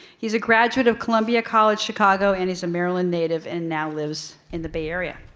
he's a graduate of columbia college chicago, and he's a maryland native and now lives in the bay area.